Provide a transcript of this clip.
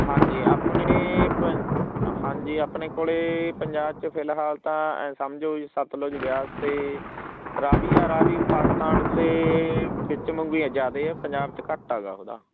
ਹਾਂਜੀ ਆਪਣੇ ਪੰ ਹਾਂਜੀ ਆਪਣੇ ਕੋਲ ਪੰਜਾਬ 'ਚ ਫਿਲਹਾਲ ਤਾਂ ਅ ਸਮਝੋ ਵੀ ਸਤਲੁਜ ਬਿਆਸ ਅਤੇ ਰਾਵੀ ਆ ਰਾਵੀ ਪਾਕਿਸਤਾਨ ਦੇ ਵਿੱਚ ਵਾਂਗੂ ਹੀ ਹੈ ਜ਼ਿਆਦਾ ਪੰਜਾਬ 'ਚ ਘੱਟ ਹੈਗਾ ਉਹਦਾ